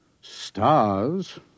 stars